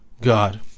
God